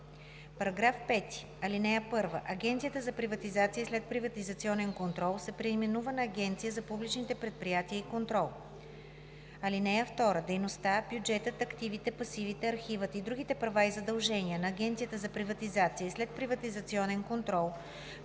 § 5: „§ 5. (1) Агенцията за приватизация и следприватизационен контрол се преименува на Агенция за публичните предприятия и контрол. (2) Дейността, бюджетът, активите, пасивите, архивът и другите права и задължения на Агенцията за приватизация и следприватизационен контрол